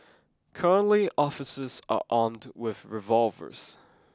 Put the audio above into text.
currently officers are armed with revolvers